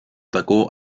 atacó